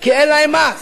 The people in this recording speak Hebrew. כי אין להן מס,